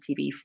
TV